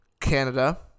Canada